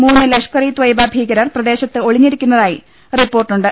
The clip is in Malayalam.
മൂന്ന് ലഷ്കർ ഇ ത്വയ്ബ ഭീകരർ പ്രദേശത്ത് ഒളിഞ്ഞിരിക്കുന്നതായി റിപ്പോർട്ടുണ്ട്